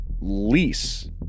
lease